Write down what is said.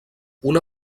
una